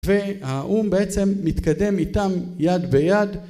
והאום בעצם מתקדם איתם יד ביד